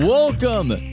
Welcome